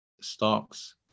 stocks